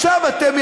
ששם אתם,